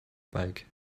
bike